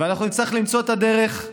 אנחנו נצטרך למצוא את הדרך.